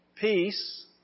peace